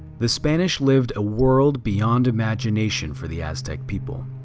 the spanish lived a world beyond imagination for the aztec people.